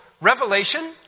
revelation